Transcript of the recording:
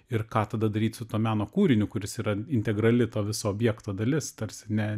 ir ką tada daryt su to meno kūriniu kuris yra integrali to viso objekto dalis tarsi ne